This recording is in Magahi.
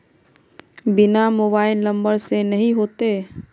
बिना मोबाईल नंबर से नहीं होते?